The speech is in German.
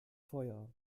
feuer